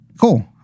Cool